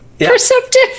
perceptive